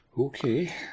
okay